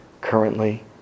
currently